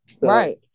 right